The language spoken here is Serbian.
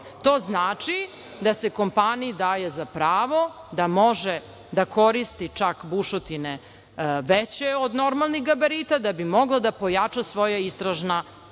To znači da se kompaniji daje za pravo da može da koristi čak bušotine veće od normalnih gabarita da bi mogla da pojača svoje istražne